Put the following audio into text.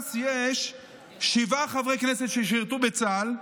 בש"ס יש שבעה חברי כנסת ששירתו בצה"ל.